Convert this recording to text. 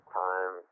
time